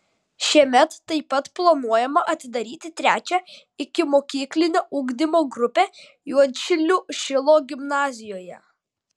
šiemet taip pat planuojama atidaryti trečią ikimokyklinio ugdymo grupę juodšilių šilo gimnazijoje